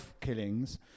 killings